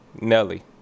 Nelly